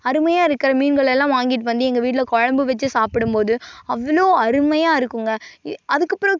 அருமையாக இருக்கிற மீன்களெல்லாம் வாங்கிட்டு வந்து எங்கள் வீட்டில் குழம்பு வச்சி சாப்பிடும் போது அவ்வளோ அருமையாக இருக்கும்ங்க எ அதுக்கப்புறம்